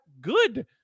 good